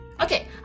Okay